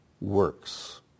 works